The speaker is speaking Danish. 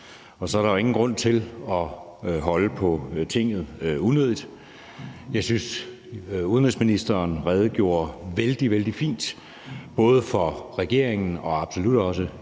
og så er der jo ingen grund til unødigt at holde på Tinget. Jeg synes, at udenrigsministeren redegjorde vældig, vældig fint for både regeringens og dermed absolut også